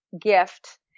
gift